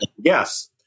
Yes